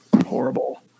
horrible